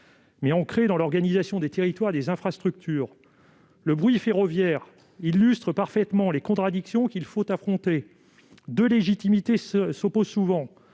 est ancré dans l'organisation des territoires et des infrastructures. Le bruit ferroviaire illustre parfaitement les contradictions qu'il nous faut affronter. À cet égard, deux légitimités s'opposent souvent